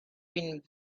been